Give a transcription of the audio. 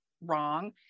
wrong